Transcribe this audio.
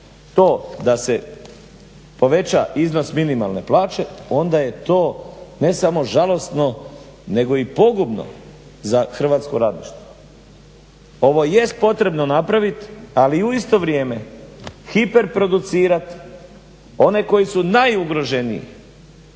to da se poveća iznos minimalne plaće onda je to, ne samo žalosno nego i pogubno za hrvatsko radništvo. Ovo jest potrebno napravit ali u isto vrijeme hiperproducirat one koji su najugroženiji